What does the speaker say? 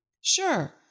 Sure